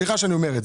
סליחה שאני אומר.